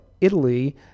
Italy